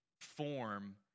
form